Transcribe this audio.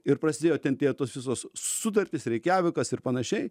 ir prasidėjo ten tie tos visos sutartys reikjavikas ir panašiai